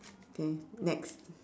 okay next